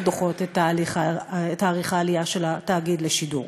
דוחות את תאריך העלייה של התאגיד לשידור,